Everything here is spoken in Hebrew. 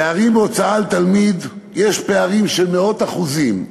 פערים בהוצאה על תלמיד, יש פערים של מאות אחוזים,